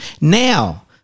Now